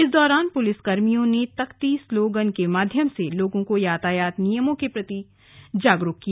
इस दौरान पुलिसकर्मियों ने तख्ती स्लोगन के माध्यम से लोगों को यातायात नियमों के प्रति जागरूक किया